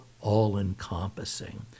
all-encompassing